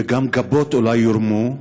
וגם גבות אולי יורמו,